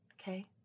Okay